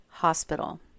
Hospital